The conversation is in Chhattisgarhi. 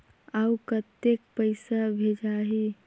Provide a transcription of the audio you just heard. अउ कतेक पइसा भेजाही?